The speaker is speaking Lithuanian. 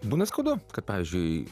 būna skaudu kad pavyzdžiui